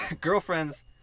Girlfriends